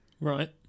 Right